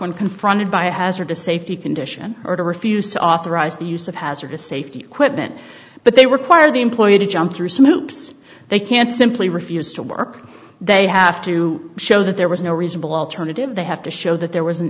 when confronted by a hazardous safety condition or to refuse to authorize the use of hazardous safety equipment but they were part of the employee to jump through some hoops they can't simply refuse to work they have to show that there was no reasonable alternative they have to show that there was an